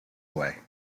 away